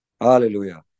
Hallelujah